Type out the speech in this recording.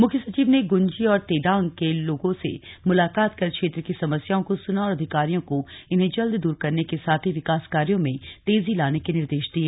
मुख्य सचिव ने गुंजी और तेडांग के लोगों से मुलाकात कर क्षेत्र की समस्याओं को सुना और अधिकारियों को इन्हें जल्द दूर करने के साथ ही विकास कार्यो में तेजी लाने के निर्देश दिए